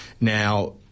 Now